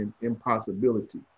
impossibility